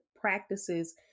practices